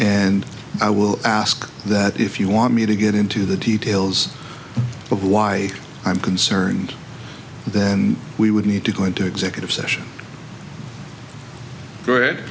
and i will ask that if you want me to get into the details of why i'm concerned that and we would need to go into executive session